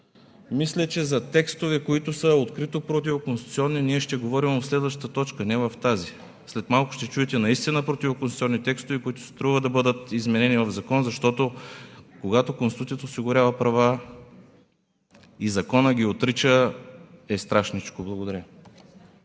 мисля, че за текстове, които са открито противоконституционни, ние ще говорим в следващата точка, не в тази. След малко ще чуете наистина противоконституционни текстове, които си струва да бъдат изменени в закон, защото, когато Конституцията осигурява права и законът ги отрича, е страшничко. Благодаря.